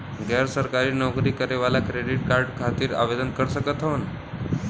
गैर सरकारी नौकरी करें वाला क्रेडिट कार्ड खातिर आवेदन कर सकत हवन?